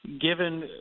given